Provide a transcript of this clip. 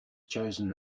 chosen